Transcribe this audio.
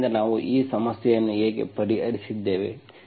ಆದ್ದರಿಂದ ನಾವು ಈ ಸಮಸ್ಯೆಯನ್ನು ಹೇಗೆ ಪರಿಹರಿಸಿದ್ದೇವೆ